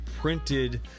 printed